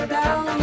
down